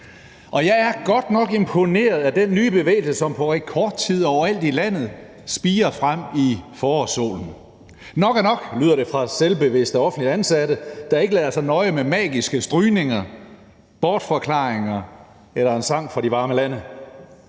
og jeg er godt nok imponeret af den nye bevægelse, som på rekordtid overalt i landet spirer frem i forårssolen. Nok er nok, lyder det fra selvbevidste offentligt ansatte, der ikke lader sig nøje med magiske strygninger, bortforklaringer eller en sang fra de varme lande.